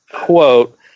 quote